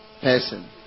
person